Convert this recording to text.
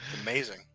Amazing